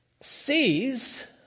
sees